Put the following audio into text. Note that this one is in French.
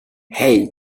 hey